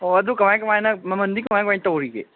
ꯑꯣ ꯑꯗꯨ ꯀꯃꯥꯏ ꯀꯃꯥꯏꯅ ꯃꯃꯜꯗꯤ ꯀꯃꯥꯏ ꯀꯃꯥꯏꯅ ꯇꯧꯔꯤꯕꯒꯦ